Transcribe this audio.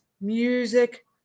music